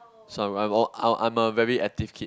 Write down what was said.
so I'm I'm all I I'm a very active kid